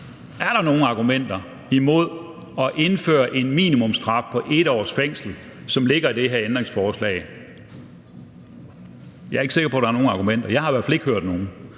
Er der nogen argumenter imod at indføre en minimumsstraf på 1 års fængsel, hvilket ligger i det her ændringsforslag? Jeg er ikke sikker på, at der er nogen argumenter. Jeg har i hvert fald ikke hørt nogen.